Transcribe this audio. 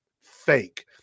fake